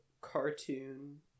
cartoon